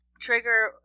trigger